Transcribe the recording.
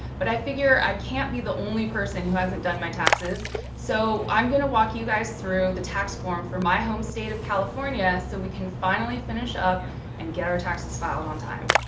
but, i figure i can't be the only person who hasn't done my taxes so i'm gonna walk you guys through the tax form for my home state of california so we can finally finish up and get our taxes filed on time.